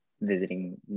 visiting